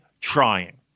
trying